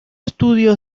estudios